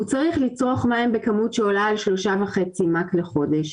הוא צריך לצרוך מים שעולה על 3.5 מ"ק לחודש.